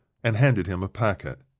and handed him a packet.